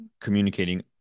communicating